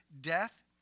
death